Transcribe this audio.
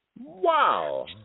Wow